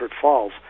Falls